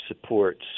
supports